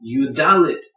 Yudalit